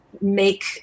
make